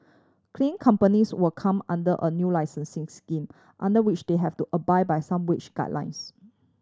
clean companies will come under a new licensing scheme under which they have to abide by some wage guidelines